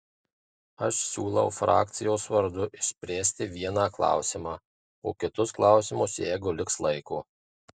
aš siūlau frakcijos vardu išspręsti vieną klausimą o kitus klausimus jeigu liks laiko